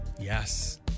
Yes